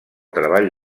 treball